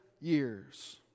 years